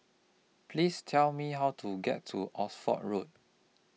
Please Tell Me How to get to Oxford Road